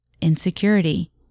Insecurity